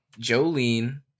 Jolene